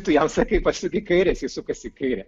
tu jam sakai pasuk į kairę jisai sukasi į kairę